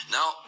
Now